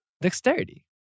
Dexterity